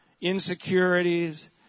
insecurities